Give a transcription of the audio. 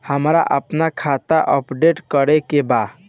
हमरा आपन खाता अपडेट करे के बा